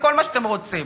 וכל מה שאתם רוצים,